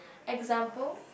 example